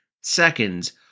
seconds